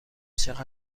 چقدر